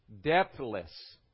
Depthless